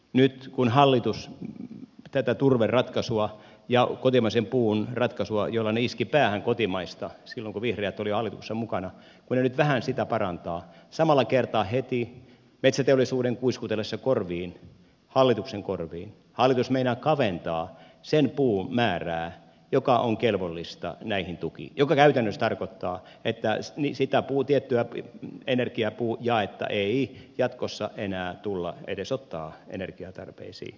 nyt kun hallitus tätä turveratkaisua ja kotimaisen puun ratkaisua jolla se iski päähän kotimaista silloin kun vihreät oli hallituksessa mukana vähän parantaa samalla kertaa heti metsäteollisuuden kuiskutellessa hallituksen korviin hallitus meinaa kaventaa sen puun määrää joka on kelvollista näihin tukiin mikä käytännössä tarkoittaa että sitä tiettyä energiapuujaetta ei jatkossa enää edes tulla ottamaan energiatarpeisiin